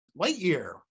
Lightyear